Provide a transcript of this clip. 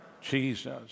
Jesus